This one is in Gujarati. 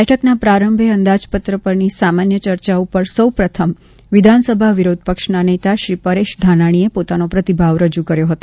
બેઠકના પ્રારંભે અંદાજપત્ર પરની સામાન્ય ચર્ચા ઉપર સો પ્રથમ વિધાનસભા વિરોધ પક્ષના નેતા શ્રી પરેશ ધાનાણીએ પોતાનો પ્રતિભાવ રજૂ કર્યો હતો